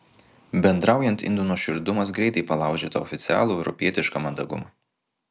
bendraujant indų nuoširdumas greitai palaužia tą oficialų europietišką mandagumą